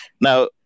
Now